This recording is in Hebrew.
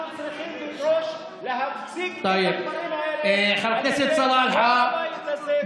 וכיעד אנחנו צריכים לדרוש להפסיק את הדברים האלה על ידי כל הבית הזה,